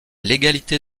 légalité